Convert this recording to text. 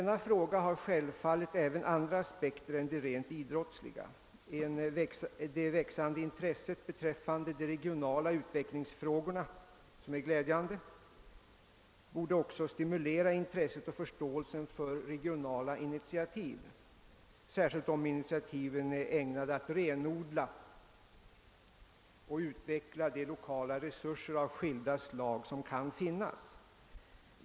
Självfallet har denna fråga även andra aspekter än de rent idrottsliga. Det växande intresset för de regionala utvecklingsfrågorna är glädjande och borde även stimulera intresset och förståelsen för regionala initiativ, särskilt om dessa initiativ är ägnade att renodla och utveckla de lokala resurser av skilda slag som kan finnas.